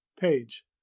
Page